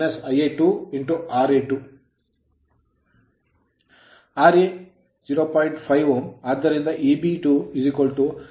5 Ω ಆದ್ದರಿಂದ Eb2 250 0